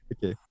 Okay